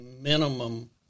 minimum